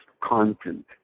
content